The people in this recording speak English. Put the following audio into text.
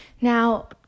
Now